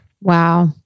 Wow